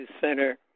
center